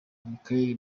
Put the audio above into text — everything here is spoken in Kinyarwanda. michael